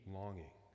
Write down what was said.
longing